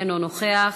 אינו נוכח,